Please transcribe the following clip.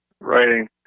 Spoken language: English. writing